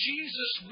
Jesus